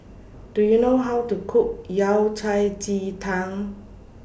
Do YOU know How to Cook Yao Cai Ji Tang